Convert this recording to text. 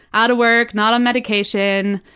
out of work, not on medication,